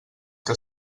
que